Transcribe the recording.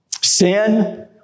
sin